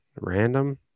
random